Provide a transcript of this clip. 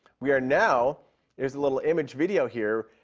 we are now there's a little image video here,